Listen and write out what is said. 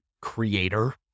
creator